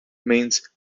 means